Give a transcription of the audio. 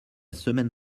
semaine